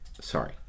sorry